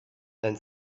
then